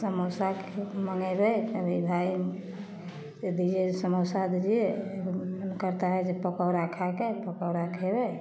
समोसा मँगेबइ अभी भायके दीजिये समोसा दीजिए मोन करता है जे पकोड़ा खायके पकोड़ा खयबइ